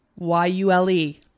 Y-U-L-E